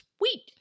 Sweet